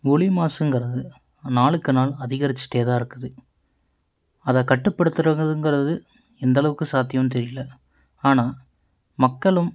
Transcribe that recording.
ஒளி மாசுங்கிறது நாளுக்கு நாள் அதிகரிச்சிகிட்டே தான் இருக்குது அதை கட்டுப்படுத்துறதுங்கிறது எந்தளவுக்கு சாத்தியம்னு தெரியலை ஆனால் மக்களும்